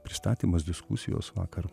pristatymas diskusijos vakar